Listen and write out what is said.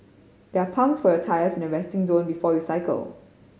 there are pumps for your tyres at the resting zone before you cycle